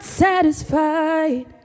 satisfied